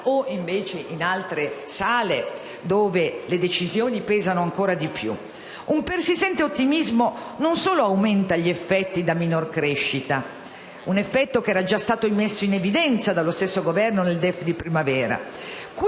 o in altri consessi, dove le decisioni pesano ancora di più. Un persistente ottimismo non si limita ad aumentare gli effetti da minor crescita, un effetto già messo in evidenza dallo stesso Governo nel DEF di primavera;